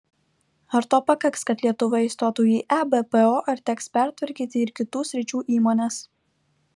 ar to pakaks kad lietuva įstotų į ebpo ar teks pertvarkyti ir kitų sričių įmones